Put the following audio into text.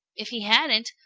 if he hadn't,